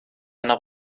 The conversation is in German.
einer